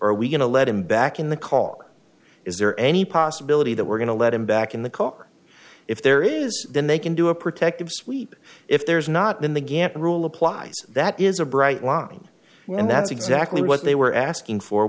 are we going to let him back in the call is there any possibility that we're going to let him back in the car if there is then they can do a protective sweep if there's not in the gap the rule applies that is a bright line and that's exactly what they were asking for